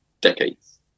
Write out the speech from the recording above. decades